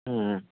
হুম